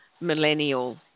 millennial